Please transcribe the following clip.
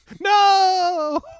No